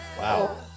Wow